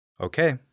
Okay